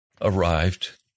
arrived